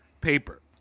paper